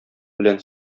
белән